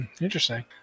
Interesting